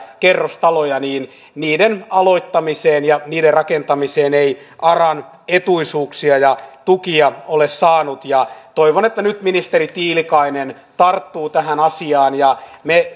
kerrostalojen aloittamiseen ja rakentamiseen ei aran etuisuuksia ja tukia ole saanut toivon että nyt ministeri tiilikainen tarttuu tähän asiaan me